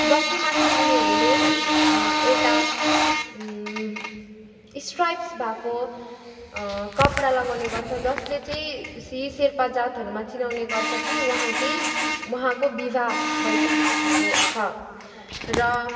बक्खुमाथी उनीहरूले एउटा स्ट्राइप्स भएको कपडा लगाउने गर्छ जसले चाहिँ यी शेर्पा जातहरूमा चिनाउने गर्छ कि उहाँ चाहिँ उहाँको विवाह भई सकिसकेको छ र